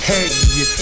Hey